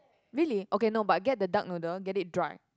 really okay no but get the duck noodle get it dry